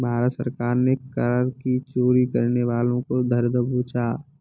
भारत सरकार ने कर की चोरी करने वालों को धर दबोचा